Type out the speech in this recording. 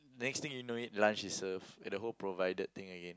next thing you know it lunch is served and the whole provided thing again